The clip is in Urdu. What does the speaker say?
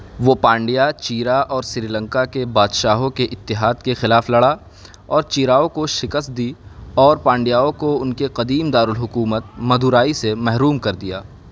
وہ پانڈیا چیرا اور سری لنکا کے بادشاہوں کے اتحاد کے خلاف لڑا اور چیراؤں کو شکست دی اور پانڈیاؤں کو ان کے قدیم دارالحکومت مدورائی سے محروم کر دیا